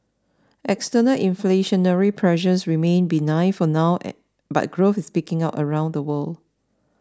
external inflationary pressures remain benign for now but growth is picking up around the world